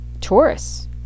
Taurus